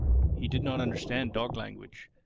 he did not understand dog language.